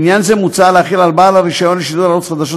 לעניין זה מוצע להחיל על בעל הרישיון לשידור ערוץ חדשות